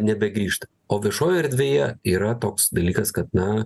nebegrįžta o viešoje erdvėje yra toks dalykas kad na